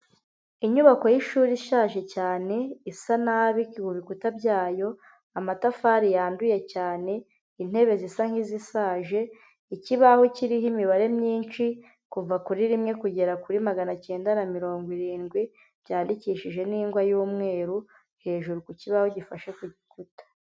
Inyubako y'ishuri ishaje cyane, isa nabi mu bikuta byayo amatafari yanduye cyane, intebe zisa nk'izisaje ikibaho kiriho imibare myinshi kuva kuri rimwe kugera kuri maganacyenda na mirongo irindwi, byandikishije n'ingwa y'umweru hejuru ku kibaho gifashe ku gikuta.